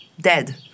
dead